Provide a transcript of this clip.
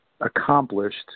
accomplished